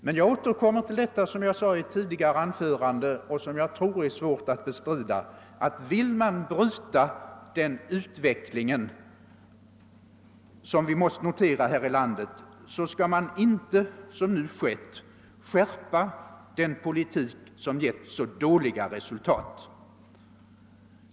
Men jag återkommer till det som jag nämnde i mitt tidigare anförande och som jag tror är svårt att bestrida, nämligen att om man vill bryta den utveckling som vi måst notera här i landet, skall man inte som nu skett skärpa en politik som gett så dåliga resultat.